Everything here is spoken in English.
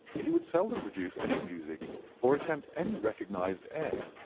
he would seldom produce any music or attempt any recognized air.